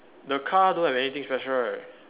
the car don't have anything special right